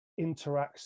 interacts